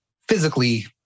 physically